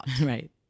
Right